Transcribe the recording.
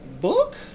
Book